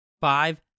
five